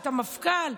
את המפכ"ל,